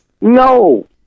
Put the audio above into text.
No